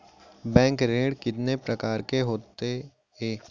Bank ऋण कितने परकार के होथे ए?